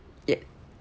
ya